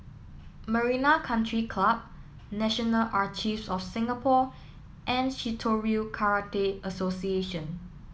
Marina Country Club National of Singapore and Shitoryu Karate Association